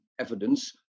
evidence